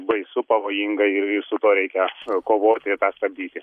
baisu pavojinga ir ir su tuo reikia kovoti tą stabdyti